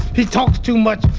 he talks too much,